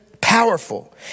Powerful